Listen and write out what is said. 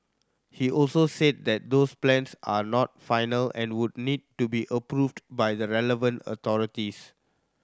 he also said that those plans are not final and would need to be approved by the relevant authorities